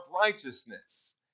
righteousness